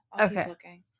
Okay